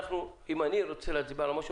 אם אני רוצה להצביע על משהו,